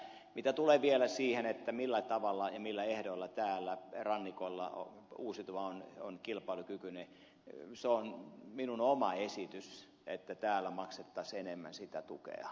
mitä tulee vielä siihen millä tavalla ja millä ehdoilla täällä rannikolla uusiutuva on kilpailukykyinen se on minun oma esitykseni että täällä maksettaisiin enemmän sitä tukea